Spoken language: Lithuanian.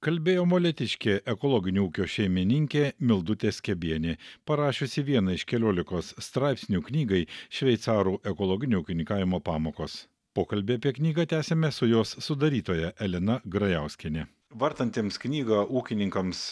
kalbėjo molėtiškė ekologinio ūkio šeimininkė mildutė skebienė parašiusi vieną iš keliolikos straipsnių knygai šveicarų ekologinio ūkynkavimo pamokos pokalbį apie knygą tęsiame su jos sudarytoja elena grajauskiene vartantiems knygą ūkininkams